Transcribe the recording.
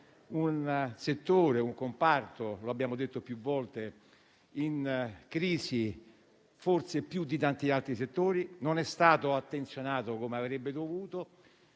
un settore in crisi - lo abbiamo detto più volte - e forse più di tanti altri non è stato attenzionato come avrebbe dovuto.